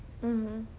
mmhmm